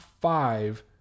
five